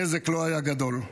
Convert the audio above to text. הנזק לא היה גדול,